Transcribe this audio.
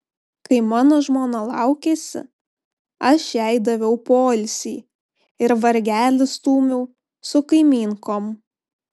kai mano žmona laukėsi aš jai daviau poilsį ir vargelį stūmiau su kaimynkom